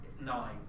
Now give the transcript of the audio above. Nine